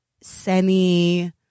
semi